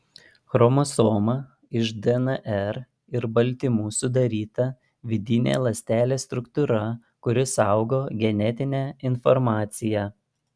chromosoma iš dnr ir baltymų sudaryta vidinė ląstelės struktūra kuri saugo genetinę informaciją